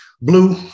blue